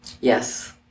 yes